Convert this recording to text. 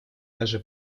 даже